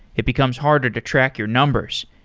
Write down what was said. it becomes harder to track your numbers.